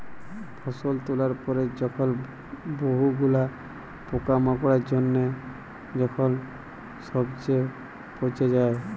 ফসল তোলার পরে যখন বহু গুলা পোকামাকড়ের জনহে যখন সবচে পচে যায়